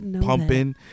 pumping